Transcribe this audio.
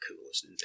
coolest